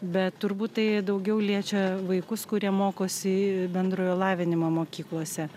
bet turbūt tai daugiau liečia vaikus kurie mokosi bendrojo lavinimo mokyklose